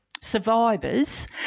survivors